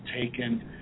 taken